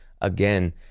again